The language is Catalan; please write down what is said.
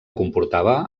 comportava